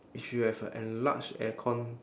if you have a enlarged aircon